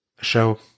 show